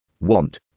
want